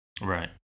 Right